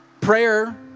Prayer